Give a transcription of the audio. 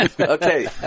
Okay